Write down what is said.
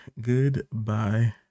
Goodbye